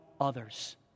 others